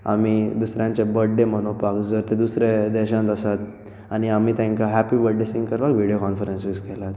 आमी दुसऱ्यांचे बड्डे मनोवपाक जर ते दुसरे देशांत आसात आनी आमी तांकां हॅप्पी बड्डे सींग करपाक विडयो कॉनफरन्स यूज केलात